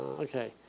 Okay